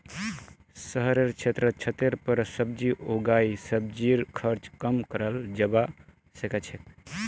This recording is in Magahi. शहरेर क्षेत्रत छतेर पर सब्जी उगई सब्जीर खर्च कम कराल जबा सके छै